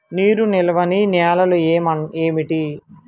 నీరు నిలువని నేలలు ఏమిటి?